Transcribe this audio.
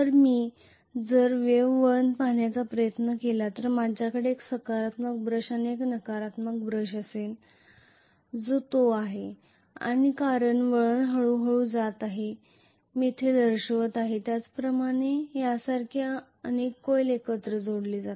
मी जर वेव्ह वळण पाहण्याचा प्रयत्न केला तर माझ्याकडे एक सकारात्मक ब्रश आणि एक नकारात्मक ब्रश असेल जो तो आहे आणि कारण वळण हळूहळू जात आहे जे मी येथे दर्शवितो त्याप्रमाणे मी यासारखे अनेक कॉइल एकत्र जोडलेले आहे